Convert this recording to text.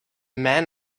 man